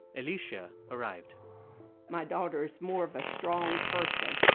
alicia arrived my daughter is more of a strong person.